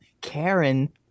Karen